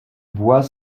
boit